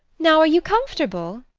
now are you comfortable?